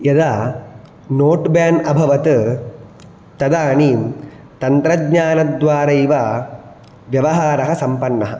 यदा note ban अभवत् तदानीं तन्त्रज्ञानद्वारैव व्यवहारः सम्पन्नः